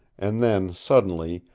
and then, suddenly,